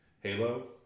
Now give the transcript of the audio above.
Halo